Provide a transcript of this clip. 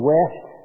West